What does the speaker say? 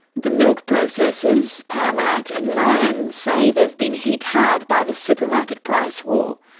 the milk processors parmalat and lion say they've been hit hard by the supermarket price war.